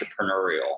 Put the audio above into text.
entrepreneurial